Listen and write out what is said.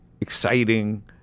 exciting